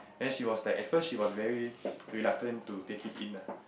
then she was like at first she was very reluctant to take it in ah